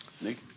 Nick